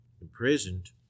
imprisoned